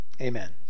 Amen